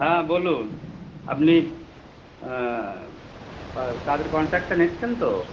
হ্যাঁ বলুন আপনি কাজের কন্ট্র্যাক্টটা নিচ্ছেন তো